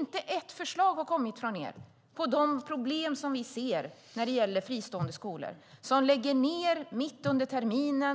Inte ett enda lösningsförslag har kommit från er på de problem som vi ser med fristående skolor som lägger ned mitt under terminen.